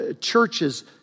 Churches